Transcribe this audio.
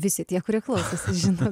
visi tie kurie klausosi žino